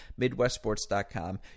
MidwestSports.com